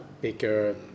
bigger